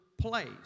place